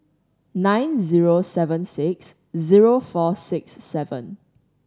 nine zero seven six zero four six seven